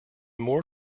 more